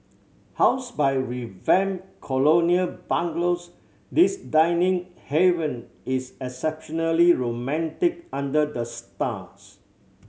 housed by revamped colonial bungalows this dining haven is exceptionally romantic under the stars